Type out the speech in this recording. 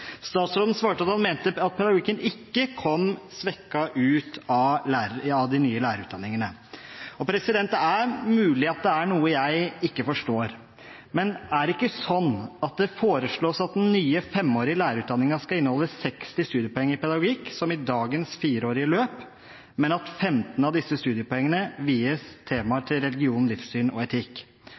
Statsråden svarte at han mente at pedagogikken ikke kom svekket ut av de nye lærerutdanningene. Det er mulig at det er noe jeg ikke forstår. Er det ikke sånn at det foreslås at den nye femårige lærerutdanningen skal inneholde 60 studiepoeng i pedagogikk, som i dagens fireårige løp, men at 15 av disse studiepoengene vies temaet religion, livssyn og etikk?